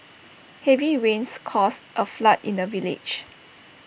heavy rains caused A flood in the village